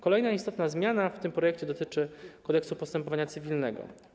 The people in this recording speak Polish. Kolejna istotna zmiana w tym projekcie dotyczy Kodeksu postępowania cywilnego.